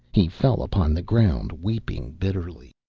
he fell upon the ground weeping bitterly.